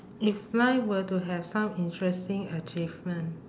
if life were to have some interesting achievement